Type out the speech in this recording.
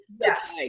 Yes